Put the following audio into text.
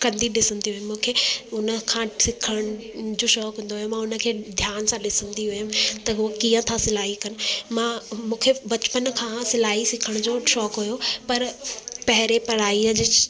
कंदी ॾिसंदी हुई मूंखे उन खां सिखण जो शौक़ु हूंदो हुयो मां उन खे ध्यान सां ॾिसंदी हुयमि त त उहो कीअं था सिलाई कनि मां मूंखे बचपन खां सिलाई सिखण जो शौक़ु हुयो पर पहिरीं पढ़ाईअ जे